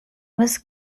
was